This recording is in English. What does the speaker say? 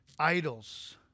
Idols